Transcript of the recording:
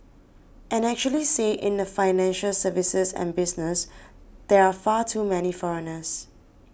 and actually say in the financial services and business there are far too many foreigners